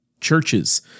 churches